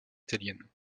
italienne